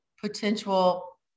potential